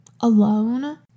alone